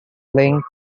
laying